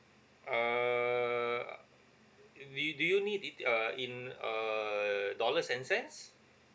uh do do you need it uh in uh dollars and cents